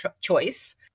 choice